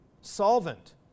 solvent